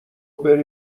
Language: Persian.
بری